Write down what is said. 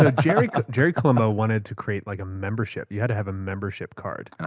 ah jerry jerry colombo wanted to create like, a membership. you had to have a membership card.